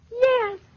Yes